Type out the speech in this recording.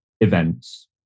events